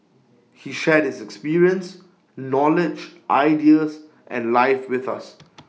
he shared his experience knowledge ideas and life with us